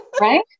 Right